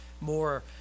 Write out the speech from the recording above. more